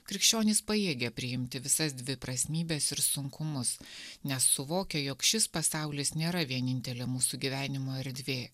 krikščionys pajėgia priimti visas dviprasmybes ir sunkumus nes suvokia jog šis pasaulis nėra vienintelė mūsų gyvenimo erdvė